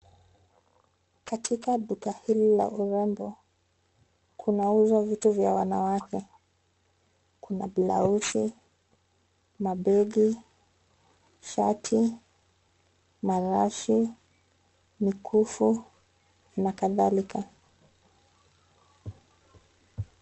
Katika duka hili la urembo, kunauzwa vitu vya wanawake. Kuna blausi, mabegi, shati, marashi, mikufu, na kadhalika.